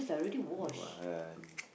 I don't want